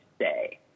say